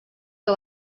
que